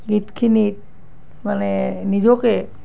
গীতখিনিত মানে নিজকে